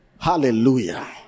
hallelujah